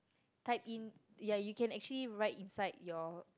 type in ya you can actually write inside your